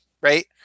right